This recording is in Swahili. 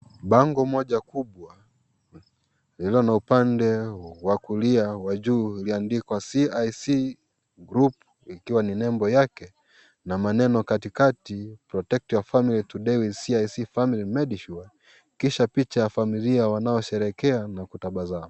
Bango moja kubwa lililo na upande wa kulia wa juu iliyoandikwa CIC Group ikiwa ni nembo yake na maneno katikati Protect your Family today with CIC Family Medisure . Kisha picha ya familia wanaosherekea na kutabasamu.